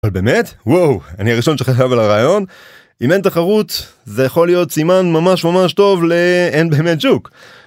אבל באמת? וואו, אני ראשון שחשב על הרעיון? אם אין תחרות, זה יכול להיות סימן ממש ממש טוב לאין באמת שוק.